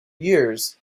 years